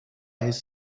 his